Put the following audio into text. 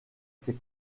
ses